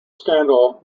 scandal